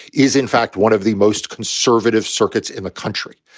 is, in fact, one of the most conservative circuits in the country.